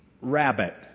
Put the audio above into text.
rabbit